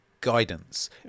guidance